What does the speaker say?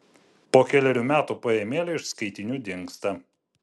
po kelerių metų poemėlė iš skaitinių dingsta